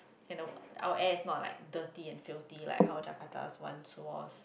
and our our air is not like dirty and filthy like how jakarta one so was